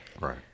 Right